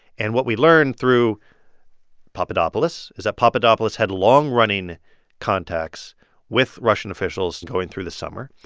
and what we learn through papadopoulos is that papadopoulos had long-running contacts with russian officials going through the summer.